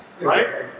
right